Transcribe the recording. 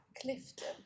Clifton